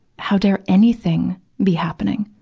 how dare anything be happening?